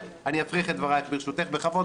אז אני אפריך את דברייך, בסדר?